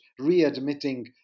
readmitting